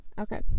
Okay